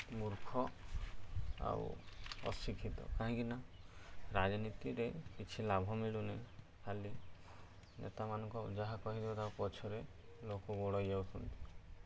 ମୂର୍ଖ ଆଉ ଅଶିକ୍ଷିତ କାହିଁକି ନା ରାଜନୀତିରେ କିଛି ଲାଭ ମିଳୁନି ଖାଲି ନେତାମାନଙ୍କ ଯାହା କହିବେ ତାଙ୍କ ପଛରେ ଲୋକ ଗୋଡ଼େଇ ଯାଉଛନ୍ତି